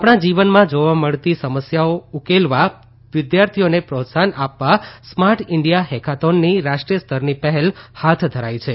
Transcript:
આપણા જીવનમાં જોવા મળતી સમસ્યાઓ ઉકેલવા વિદ્યાર્થીઓને પ્રોત્સાહન આપવા સ્માર્ટ ઇન્ડિયા હેકાથોનની રાષ્ટ્રીય સ્તરની પહેલ હાથ ધરાઈ છે